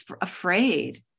afraid